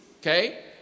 okay